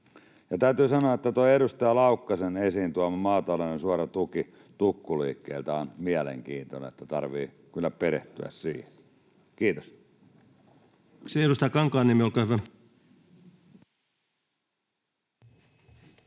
täytyy sanoa, että edustaja Laukkasen esiin tuoma maatalouden suora tuki tukkuliikkeeltä on mielenkiintoinen. Tarvitsee kyllä perehtyä siihen. — Kiitos.